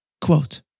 Quote